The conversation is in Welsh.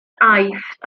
aifft